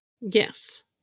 Yes